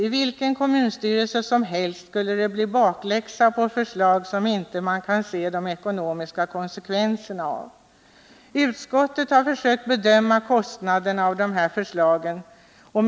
I vilken kommunstyrelse som helst skulle det bli bakläxa på förslag som man inte kan se de ekonomiska konsekvenserna av. Därför har utskottet försökt bedöma vilka kostnader som följer av de framlagda förslagen.